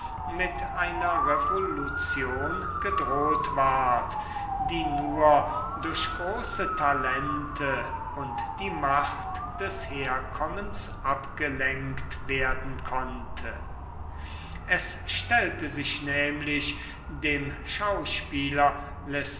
mit einer revolution gedroht ward die nur durch große talente und die macht des herkommens abgelenkt werden konnte es stellte sich nämlich dem schauspieler